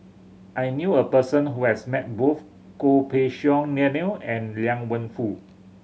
I knew a person who has met both Goh Pei Siong Daniel and Liang Wenfu